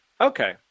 okay